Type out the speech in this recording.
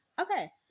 Okay